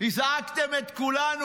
הזעקתם את כולנו.